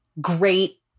great